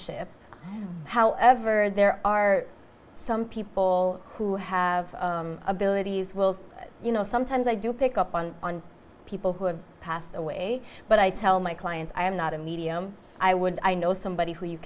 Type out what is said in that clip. ship however there are some people who have abilities wills you know sometimes i do pick up on people who have passed away but i tell my clients i am not a medium i would i know somebody who you